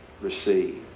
Receive